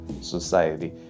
society